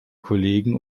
kollegen